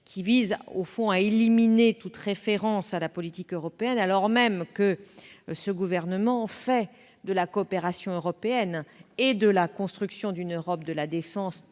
qui consiste, au fond, à éliminer toute référence à la politique européenne. Au contraire, le Gouvernement fait de la coopération européenne et de la construction d'une Europe de la défense,